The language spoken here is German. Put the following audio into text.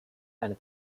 eine